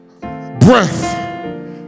Breath